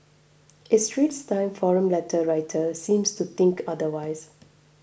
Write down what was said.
a Straits Times forum letter writer seems to think otherwise